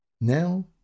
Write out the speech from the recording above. Now